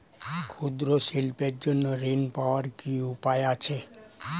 ক্ষুদ্র শিল্পের জন্য ঋণ পাওয়ার কি উপায় আছে?